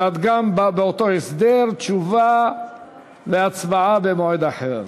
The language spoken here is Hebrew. וגם את באותו הסדר, תשובה והצבעה במועד אחר.